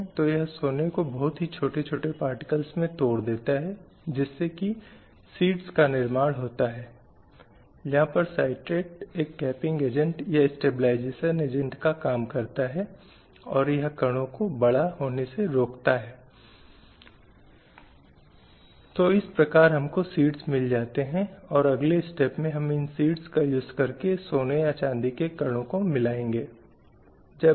इसलिए यह भी पता चलता है कि कई बुराइयाँ जिन्होंने बाद के समय में व्यवस्था या समाज में प्रवेश किया शुरुआती दिनों के दौरान गैर मौजूद थीं और आप जानती हैं कि परिस्थितियाँ साथियों को चुनने की स्वतंत्रता आदि जहाँ महिलाओं के लिए उपलब्ध थीं